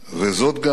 וזאת גם,